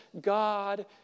God